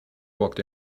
walked